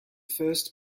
first